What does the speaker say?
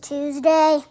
Tuesday